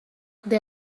they